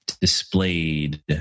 displayed